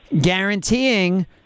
guaranteeing